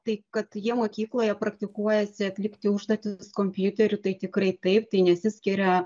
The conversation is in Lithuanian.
tai kad jie mokykloje praktikuojasi atlikti užduotis kompiuteriu tai tikrai taip tai nesiskiria